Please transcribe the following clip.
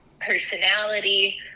personality